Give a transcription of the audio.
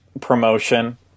promotion